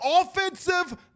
offensive